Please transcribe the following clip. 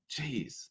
Jeez